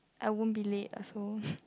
I won't be late also